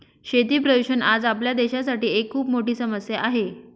शेती प्रदूषण आज आपल्या देशासाठी एक खूप मोठी समस्या आहे